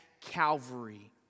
Calvary